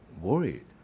worried